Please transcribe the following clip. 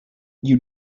you